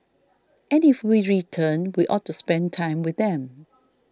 and if we return we ought to spend time with them